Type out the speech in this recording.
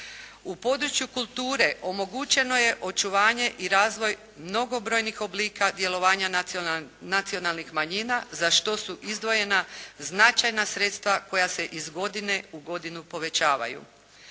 U području kulture omogućeno je očuvanje i razvoj mnogobrojnih oblika djelovanja nacionalnih manjina za što su izdvojena značajna sredstva koja se iz godine u godinu povećavaju.